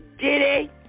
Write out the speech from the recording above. Diddy